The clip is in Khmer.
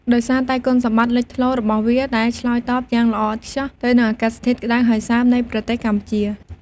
ដោយសារតែគុណសម្បត្តិលេចធ្លោរបស់វាដែលឆ្លើយតបយ៉ាងល្អឥតខ្ចោះទៅនឹងអាកាសធាតុក្ដៅហើយសើមនៃប្រទេសកម្ពុជា។